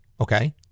Okay